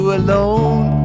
alone